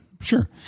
sure